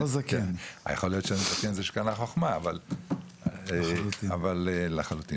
יכול להיות שאני זקן, זה שקנה חוכמה, אבל לחלוטין.